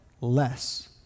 less